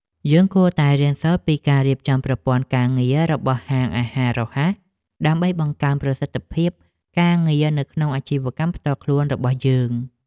យើងគួរតែរៀនសូត្រពីការរៀបចំប្រព័ន្ធការងាររបស់ហាងអាហាររហ័សដើម្បីបង្កើនប្រសិទ្ធភាពការងារនៅក្នុងអាជីវកម្មផ្ទាល់ខ្លួនរបស់យើង។